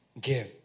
Give